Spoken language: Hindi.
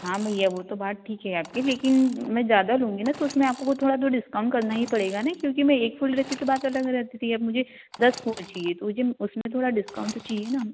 हाँ भैया वो तो बात ठीक है आपकी लेकिन मैं ज़्यादा लूँगी न तो उसमें आपको थोड़ा तो डिस्काउंट करना ही पड़ेगा न क्योंकि मैं एक फूल लेती तो बात अलग रहती थी अब मुझे दस फूल चहिए तो मुझे उसमें थोड़ा डिस्काउंट तो चहिए न